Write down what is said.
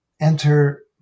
enter